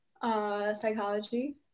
Psychology